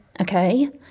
Okay